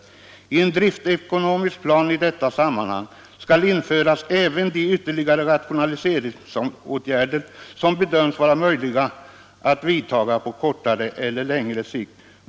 I en driftsekonomisk plan i detta sammanhang skall införas även de ytterligare rationaliseringsåtgärder, som bedöms vara möjliga att vidtaga på kortare eller längre sikt.